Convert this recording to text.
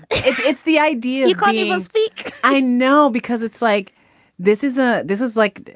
it's the idea. you can't even speak. i know because it's like this is a this is like,